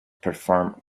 perform